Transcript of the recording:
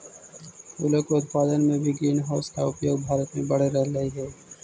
फूलों के उत्पादन में भी ग्रीन हाउस का उपयोग भारत में बढ़ रहलइ हे